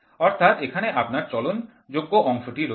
অর্থাৎ এখানে আপনার চলন যোগ্য অংশটি রয়েছে